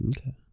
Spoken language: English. Okay